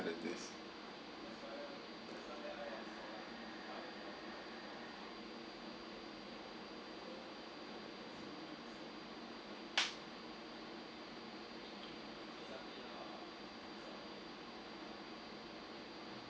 than this